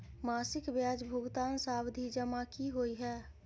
मासिक ब्याज भुगतान सावधि जमा की होइ है?